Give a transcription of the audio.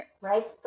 right